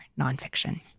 nonfiction